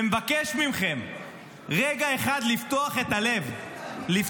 ואני מבקש מכם לפתוח את הלב רגע אחד,